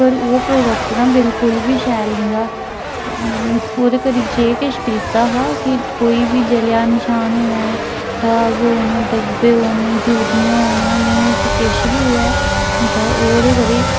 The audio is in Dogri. पर ओह् प्रोडकट ना बिल्कुल बी शैल नेईं हा ओह्दे करी जे किश बी बीतेआ हा कि कोई बी जेह्ड़ा निशान होवै दाग होन दब्बे होन झुरियां होन मूहां बिच किश बी होऐ तां ओह्दे करी